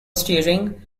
steering